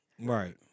Right